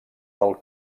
del